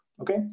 Okay